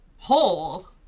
whole